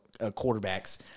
quarterbacks